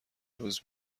عروس